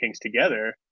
together